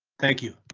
thank you.